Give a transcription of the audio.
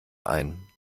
ein